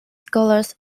scholars